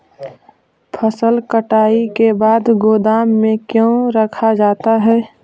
फसल कटाई के बाद गोदाम में क्यों रखा जाता है?